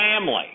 family